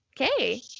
Okay